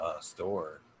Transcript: store